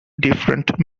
different